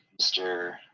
mr